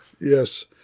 Yes